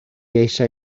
eisiau